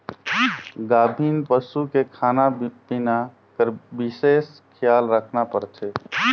गाभिन पसू के खाना पिना कर बिसेस खियाल रखना परथे